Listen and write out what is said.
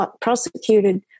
prosecuted